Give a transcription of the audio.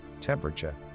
temperature